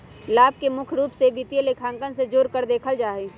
लाभ के मुख्य रूप से वित्तीय लेखांकन से जोडकर देखल जा हई